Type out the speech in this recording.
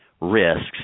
risks